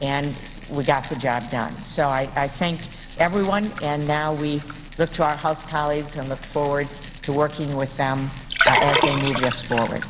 and we got the job done. so i i thank everyone, and now we look to our house colleagues and look forward to working with them as they move this forward.